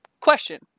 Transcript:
Question